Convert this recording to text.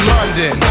London